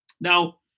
Now